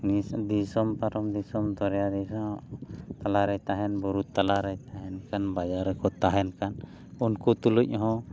ᱫᱤᱥᱚᱢ ᱯᱟᱨᱚᱢ ᱫᱤᱥᱚᱢ ᱫᱚᱨᱭᱟ ᱨᱮᱦᱚᱸ ᱛᱟᱞᱟ ᱨᱮ ᱛᱟᱦᱮᱱ ᱵᱩᱨᱩ ᱛᱟᱞᱟᱨᱮᱭ ᱛᱟᱦᱮᱱ ᱠᱟᱱ ᱵᱟᱡᱟᱨ ᱨᱮᱠᱚ ᱛᱟᱦᱮᱱ ᱠᱟᱱ ᱩᱱᱠᱩ ᱛᱩᱞᱩᱡ ᱦᱚᱸ